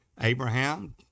Abraham